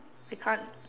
I can't